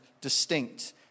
distinct